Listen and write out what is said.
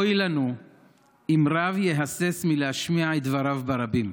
אוי לנו אם רב יהסס מלהשמיע את דבריו ברבים.